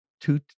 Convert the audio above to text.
two